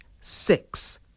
six